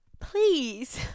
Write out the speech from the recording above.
please